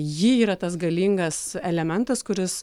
ji yra tas galingas elementas kuris